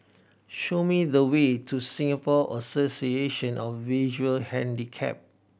show me the way to Singapore Association of Visually Handicapped